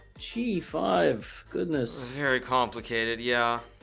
g five goodness very complicated yeah